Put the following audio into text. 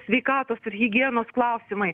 sveikatos ir higienos klausimai